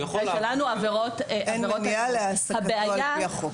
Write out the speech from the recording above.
אין מניעה להעסקתו על-פי החוק.